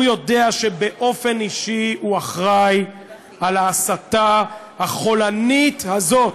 והוא יודע שבאופן אישי הוא אחראי להסתה החולנית הזאת,